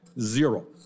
Zero